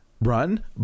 run